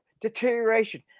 deterioration